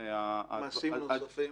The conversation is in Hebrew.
ומעשים נוספים?